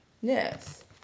Yes